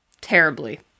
Terribly